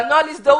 לגבי נוהל הזדהות,